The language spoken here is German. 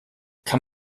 kann